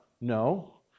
No